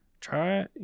Try